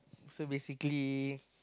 so basically